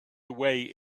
away